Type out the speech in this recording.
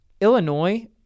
Illinois